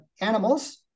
animals